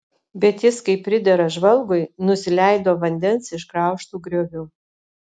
bet jis kaip pridera žvalgui nusileido vandens išgraužtu grioviu